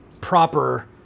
proper